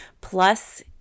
plus